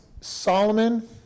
Solomon